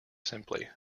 simply